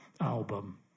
album